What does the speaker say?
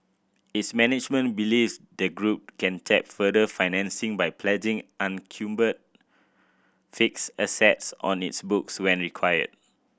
its management believes the group can tap further financing by pledging encumbered fixed assets on its books where required